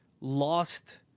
lost